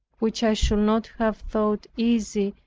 which i should not have thought easy,